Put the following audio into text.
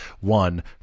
one